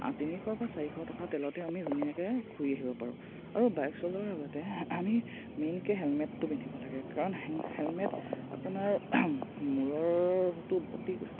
তিনিশৰ পৰা চাৰিশ টকা তেলতে আমি ধুনীয়াকৈ ঘূৰি আহিব পাৰোঁ আৰু বাইক চলোৱাৰ আগতে আমি মেইনকৈ হেলমেটটো পিন্ধিব লাগে কাৰণ হেল হেলমেট আপোনাৰ মূৰৰটো অতি